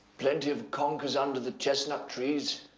plenty of conkers under the chestnut trees